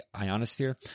ionosphere